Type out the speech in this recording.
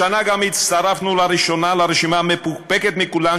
השנה גם הצטרפנו לראשונה לרשימה המפוקפקת מכולן,